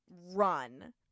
run